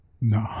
No